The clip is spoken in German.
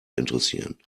interessieren